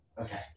okay